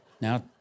Now